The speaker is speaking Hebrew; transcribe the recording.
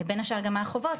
בין השאר גם מה החובות,